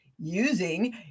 using